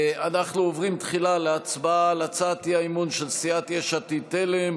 אנחנו עוברים תחילה להצבעה על הצעת האי-אמון של סיעת יש עתיד תל"ם,